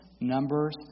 Numbers